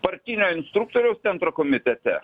partinio instruktoriaus centro komitete